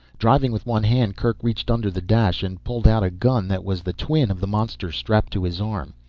driving with one hand, kerk reached under the dash and pulled out a gun that was the twin of the monster strapped to his arm.